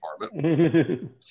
department